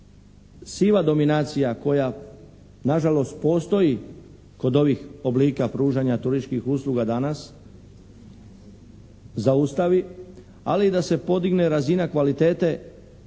siva dominacija koja nažalost postoji kod ovih oblika pružanja turističkih usluga danas zaustavi, ali i da se podigne razina kvalitete